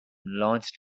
launched